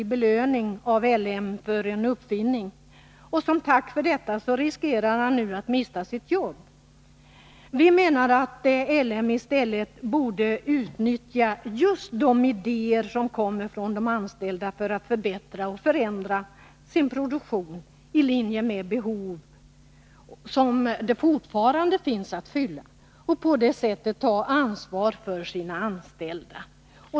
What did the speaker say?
i belöning av L M Ericsson för en uppfinning. Som tack för denna uppfinning riskerar han nu att förlora sitt jobb. Vi menar att L ME i stället borde utnyttja de idéer som kommer från de anställda för att förbättra och förändra sin produktion, i linje med behov som fortfarande finns att fylla, och på det sättet ta ansvar för sina anställda.